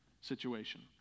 situation